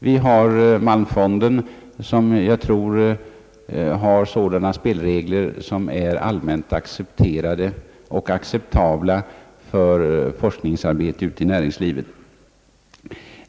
Vi har malmfonden som jag tror har sådana spelregler som är allmänt accepterade och acceptabla för forskningsarbetet ute i näringslivet.